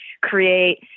create